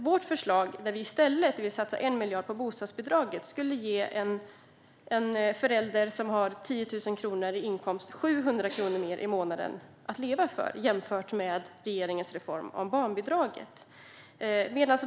Vårt förslag, där vi i stället vill satsa 1 miljard på bostadsbidraget, skulle ge en förälder som har 10 000 kronor i inkomst per månad 700 kronor mer i månaden att leva för jämfört med regeringens reform av barnbidraget.